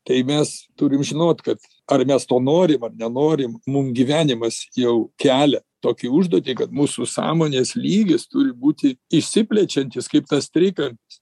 tai mes turim žinot kad ar mes to norim ar nenorim mum gyvenimas jau kelia tokią užduotį kad mūsų sąmonės lygis turi būti išsiplečiantis kaip tas trikampis